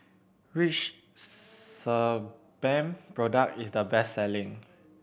which Sebamed product is the best selling